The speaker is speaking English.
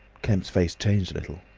kemp's face changed a little.